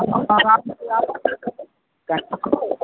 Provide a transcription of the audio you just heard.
हमारा